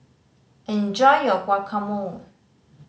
enjoy your Guacamole